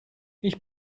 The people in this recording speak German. ich